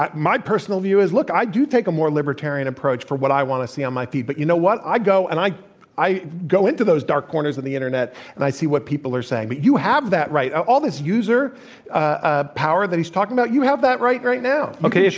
my personal view is, look, i do take a more libertarian approach for what i want to see on my feed. but you know what? i go and i i go into those dark corners of the internet and i see what people are saying. but you have that right. all this user ah power that he's talking about, you have that right right now. okay,